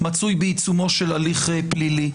מצוי בעיצומו של הליך פלילי.